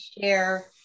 share